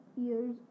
years